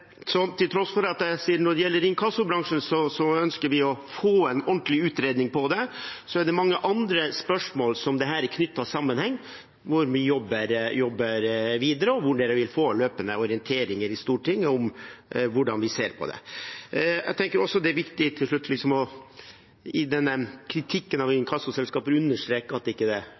Til tross for at vi ønsker å få en ordentlig utredning når det gjelder inkassobransjen, er det mange andre spørsmål som har sammenheng med dette, som vi jobber videre med, og Stortinget vil få løpende orienteringer om hvordan vi ser på det. Til slutt: Jeg tenker også at det i denne kritikken av inkassoselskaper er viktig å understreke at vi må passe på ikke å ta alle inkassoselskaper under ett, det er